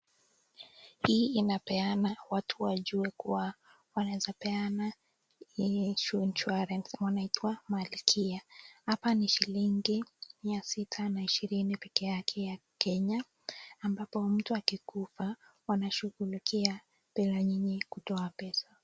Hii inapeana watu wajue kuwa wanaeza peana hii insurance wanaitwa malkia. Hapa ni shilingi mia sita na ishirini peke yake ya Kenya, ambapo mtu akikufa, wanashughulikia bila nyinyi kutoa pesa.